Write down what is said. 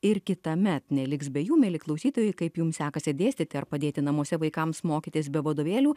ir kitąmet neliks be jų mieli klausytojai kaip jums sekasi dėstyti ar padėti namuose vaikams mokytis be vadovėlių